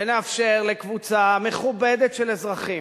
אבל את כל הזמן מפריעה.